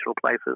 places